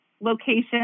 location